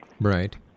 Right